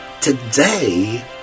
Today